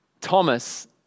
Thomas